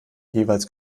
jeweils